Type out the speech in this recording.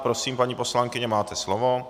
Prosím, paní poslankyně, máte slovo.